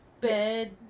bed